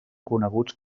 coneguts